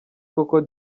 koko